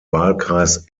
wahlkreis